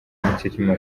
mutijima